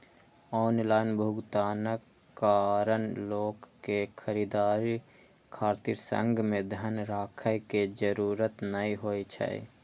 online भुगतानक कारण लोक कें खरीदारी खातिर संग मे धन राखै के जरूरत नै होइ छै